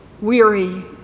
weary